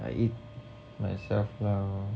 I eat myself lor